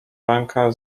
rękę